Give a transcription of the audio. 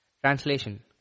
Translation